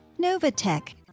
Novatech